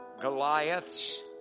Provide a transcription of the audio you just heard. Goliaths